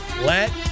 Let